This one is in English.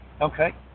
okay